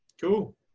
Cool